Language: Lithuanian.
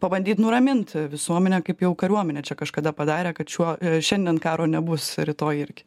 pabandyt nuramint visuomenę kaip jau kariuomenė čia kažkada padarė kad šiuo e šiandien karo nebus rytoj irgi